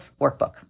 workbook